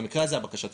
במקרה הזה הבקשה תידחה.